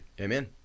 amen